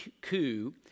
coup